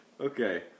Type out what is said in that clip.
Okay